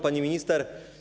Pani Minister!